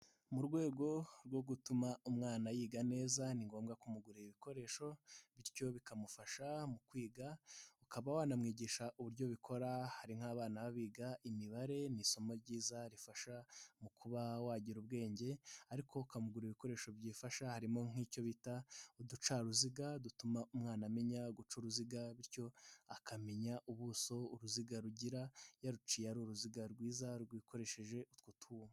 Mu rwego rwo gutuma umwana yiga neza, ni ngombwa kumugurira ibikoresho bityo bikamufasha mu kwiga ukaba wanamwigisha uburyo bikora hari nk'abana biga imibare n' isomo ryiza rifasha mu kuba wagira ubwenge ariko ukamugura ibikoresho byifasha harimo nk'icyo bita uducaruziga dutuma umwana amenya guca uruziga bityo akamenya ubuso uruziga rugira yaruciye ari uruziga rwiza rwikoresheje utwo tuntu.